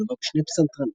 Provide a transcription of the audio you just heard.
מלווה בשני פסנתרנים.